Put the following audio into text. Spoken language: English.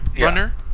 Runner